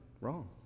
Wrong